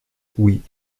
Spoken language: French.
oui